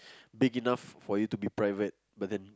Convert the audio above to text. big enough for you to be private but then